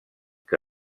que